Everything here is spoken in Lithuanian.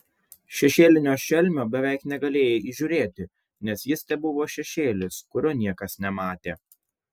šešėlinio šelmio beveik negalėjai įžiūrėti nes jis tebuvo šešėlis kurio niekas nematė